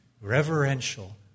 reverential